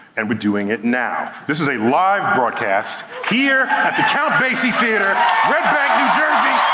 and we're doing it now. this is a live broadcast, here, at the count basie theater red bank, new jersey,